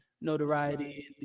notoriety